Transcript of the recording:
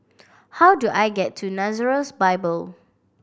how do I get to Nazareth Bible